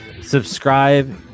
Subscribe